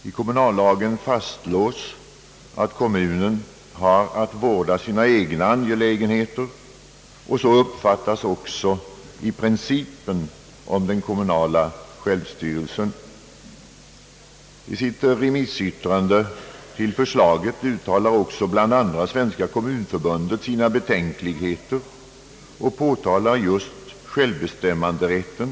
I kommunallagen fastslås att kommunen har att vårda sina egna angelägenheter. Och så uppfattas också principen om den kommunala självstyrelsen. I sitt remissyttrande över förslaget uttalar bland andra Svenska kommunförbundet sina betänkligheter och påtalar just självbestämmanderätten.